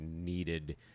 needed